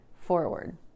forward